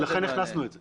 ולכן הכנסנו את זה.